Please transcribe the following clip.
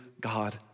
God